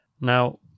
Now